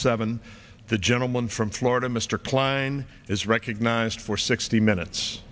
seven the gentleman from florida mr kline is recognized for sixty minutes